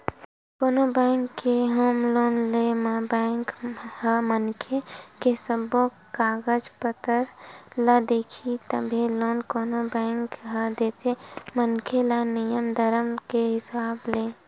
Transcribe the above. कोनो बेंक ले home loan ले म बेंक ह मनखे के सब्बो कागज पतर ल देखही तभे लोन कोनो बेंक ह देथे मनखे ल नियम धरम के हिसाब ले